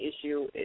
issue